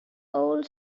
old